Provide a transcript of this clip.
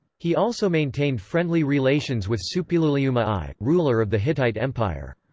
he also maintained friendly relations with suppiluliuma i, ruler of the hittite empire.